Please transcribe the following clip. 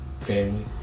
family